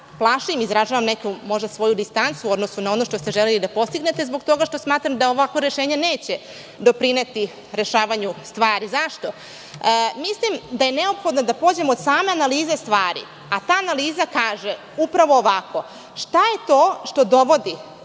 plašim i izražavam neku svoju distancu u odnosu na ono što ste želeli da postignete zbog toga što smatram da ovakvo rešenje neće doprineti rešavanju stvari. Zašto? Mislim da je neophodno da pođemo od same analize stvari, a ta analiza kaže, upravo ovako, šta je to što dovodi